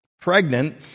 pregnant